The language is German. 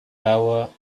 baur